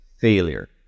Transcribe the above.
failure